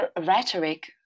rhetoric